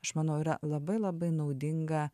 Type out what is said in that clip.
aš manau yra labai labai naudinga